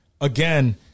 Again